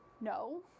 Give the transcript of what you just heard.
no